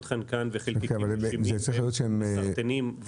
חנקן וחלקיקים נשימים שהם מסרטנים.